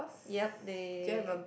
yup they